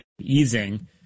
easing